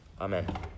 Amen